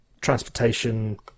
transportation